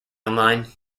online